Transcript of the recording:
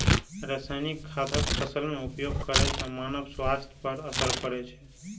रासायनिक खादक फसल मे उपयोग करै सं मानव स्वास्थ्य पर असर पड़ै छै